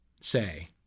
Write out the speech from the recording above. say